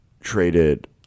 traded